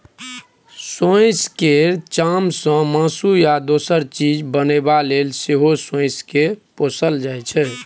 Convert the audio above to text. सोंइस केर चामसँ मासु या दोसर चीज बनेबा लेल सेहो सोंइस केँ पोसल जाइ छै